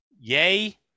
yay